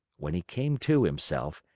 when he came to himself,